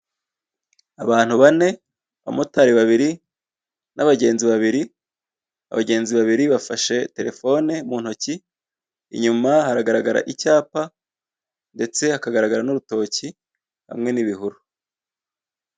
Abantu bane abamotari babiri n'abagenzi babiri abagenzi babiri bafashe terefone mu ntoki inyuma haragaragara icyapa ndetse hakagaragara n'urutoki hamwe n'ibihuru.